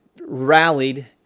rallied